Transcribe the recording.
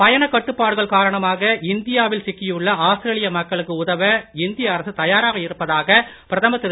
பயணக் கட்டுப்பாடுகள் காரணமாக இந்தியா வில் சிக்கியுள்ள ஆஸ்திரேலிய மக்களுக்கு உதவ இந்திய அரசு தயாராக இருப்பதாக பிரதமர் திரு